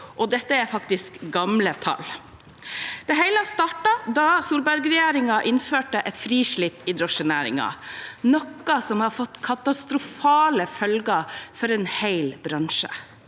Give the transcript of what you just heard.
Dette er faktisk gamle tall. Det hele startet da Solberg-regjeringen innførte et frislipp i drosjenæringen, noe som har fått katastrofale følger for en hel bransje.